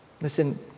Listen